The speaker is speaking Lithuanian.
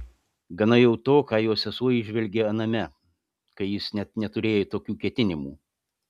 gana jau to ką jo sesuo įžvelgė aname kai jis net neturėjo tokių ketinimų